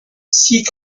six